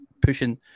pushing